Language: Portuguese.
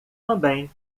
também